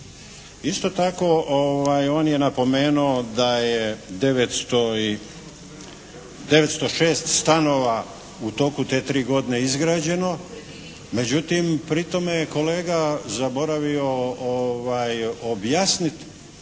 Isto tako on je napomenuo da je 906 stanova u toku te tri godine izgrađeno međutim pri tome je kolega zaboravio objasniti